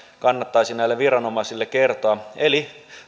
kannattaisi näille viranomaisille kertoa eli